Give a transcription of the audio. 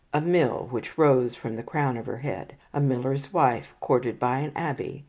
a mill which rose from the crown of her head, a miller's wife courted by an abbe,